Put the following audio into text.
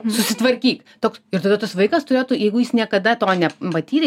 susitvarkyk toks ir tada tas vaikas turėtų jeigu jis niekada to nepatyrė